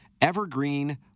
evergreen